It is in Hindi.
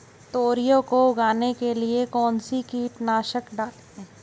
तोरियां को उगाने के लिये कौन सी कीटनाशक डालें?